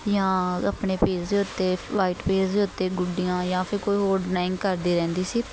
ਜਾਂ ਆਪਣੇ ਪੇਜ਼ ਦੇ ਉੱਤੇ ਵਾਈਟ ਪੇਜ਼ ਦੇ ਉੱਤੇ ਗੁੱਡੀਆਂ ਜਾਂ ਫਿਰ ਕੋਈ ਹੋਰ ਡਰਾਇੰਗ ਕਰਦੀ ਰਹਿੰਦੀ ਸੀ